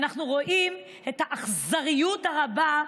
ואנחנו רואים את האכזריות הרבה.